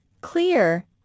clear